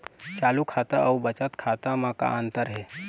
चालू खाता अउ बचत खाता म का अंतर हे?